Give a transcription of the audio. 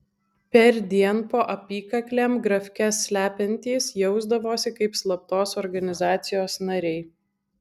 perdien po apykaklėm grafkes slepiantys jausdavosi kaip slaptos organizacijos nariai